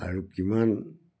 আৰু কিমান